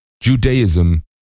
Judaism